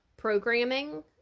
programming